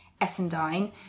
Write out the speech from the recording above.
Essendine